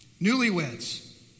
newlyweds